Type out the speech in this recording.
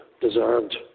deserved